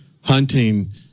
hunting